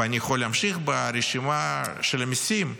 ואני יכול להמשיך ברשימה של המיסים: